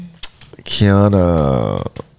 kiana